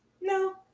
No